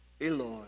Eloi